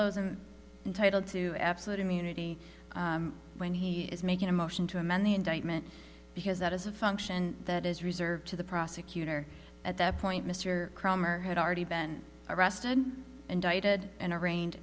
mister entitled to absolute immunity when he is making a motion to amend the indictment because that is a function that is reserved to the prosecutor at that point mr kromer had already been arrested indicted and arraigned